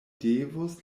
devus